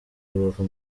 rubavu